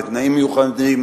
בתנאים מיוחדים,